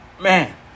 Man